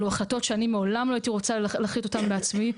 אלו החלטות שאני מעולם לא הייתי רוצה להחליט אותן בעצמי,